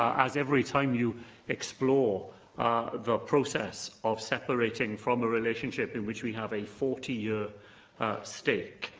as, every time you explore the process of separating from a relationship in which we have a forty year stake,